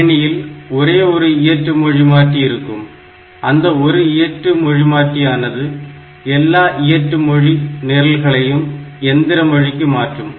கணினியில் ஒரே ஒரு இயற்று மொழிமாற்றி இருக்கும் அந்த ஒரு இயற்று மொழிமாற்றியானது எல்லா இயற்று மொழி நிரல்களையும் எந்திர மொழிக்கு மாற்றும்